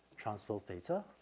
transpose theta,